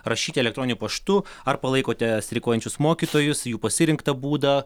rašyti elektroniniu paštu ar palaikote streikuojančius mokytojus jų pasirinktą būdą